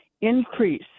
increase